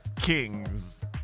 kings